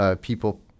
people